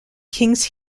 kings